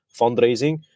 fundraising